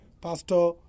Pastor